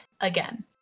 again